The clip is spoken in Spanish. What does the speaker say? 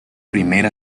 primer